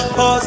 Pause